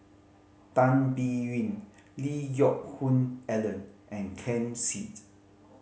Tan Biyun Lee Hoon Ellen and Ken Seet